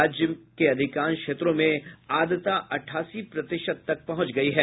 राज्य के अधिकांश क्षेत्रों में आद्रता अठासी प्रतिशत तक पहुंच गयी है